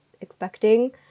expecting